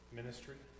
ministry